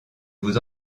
vous